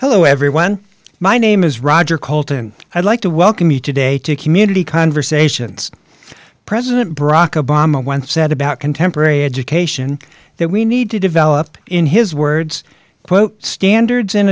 hello everyone my name is roger coulton i'd like to welcome you today to community conversations president barack obama once said about contemporary education that we need to develop in his words quote standards in